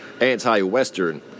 anti-Western